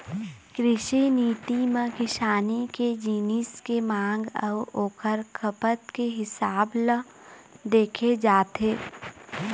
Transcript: कृषि नीति म किसानी के जिनिस के मांग अउ ओखर खपत के हिसाब ल देखे जाथे